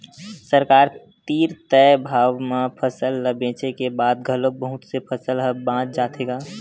सरकार तीर तय भाव म फसल ल बेचे के बाद घलोक बहुत से फसल ह बाच जाथे गा